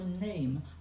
name